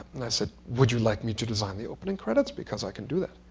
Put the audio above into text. and i said, would you like me to design the opening credits? because i can do that.